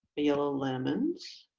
aiello-lammens.